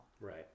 Right